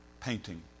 painting